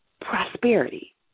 prosperity